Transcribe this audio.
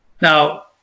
Now